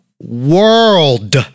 world